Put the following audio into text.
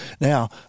Now